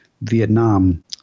Vietnam